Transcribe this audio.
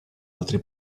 altri